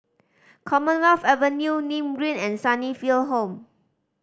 Commonwealth Avenue Nim Green and Sunnyville Home